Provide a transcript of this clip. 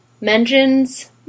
mentions